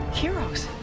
heroes